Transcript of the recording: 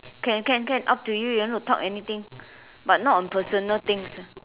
can can can up to you you want to talk anything but not on personal things